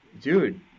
dude